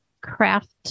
craft